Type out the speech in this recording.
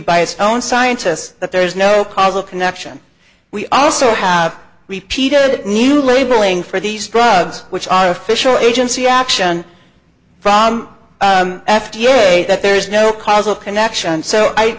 by its own scientists that there is no causal connection we also have repeated new labeling for these drugs which are official agency action from f d a that there's no causal connection so i